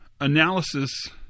analysis